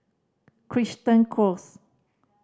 Crichton Close